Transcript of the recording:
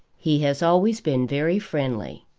he has always been very friendly.